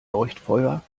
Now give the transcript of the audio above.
leuchtfeuer